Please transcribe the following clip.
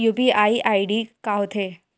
UPI ID का होथे?